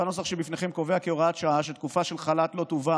והנוסח שלפניכם קובע כהוראת שעה כי תקופה של חל"ת לא תובא